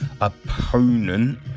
opponent